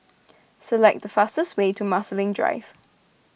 select the fastest way to Marsiling Drive